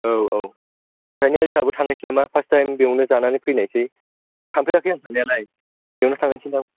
औ औ ओंखायनो जोंहाबो थांनोसै नामा फार्स्ट टाइम बेयावनो जानानै फैनोसै थांफेराखै आं थांनायालाय बेयावनो थांनोसै दां